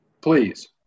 please